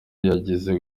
yigeze